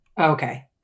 Okay